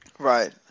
Right